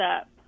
up